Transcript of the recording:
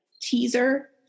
teaser